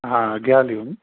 हा घ्या लिहून